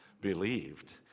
believed